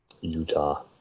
utah